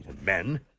men